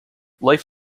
life